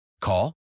Call